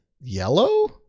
Yellow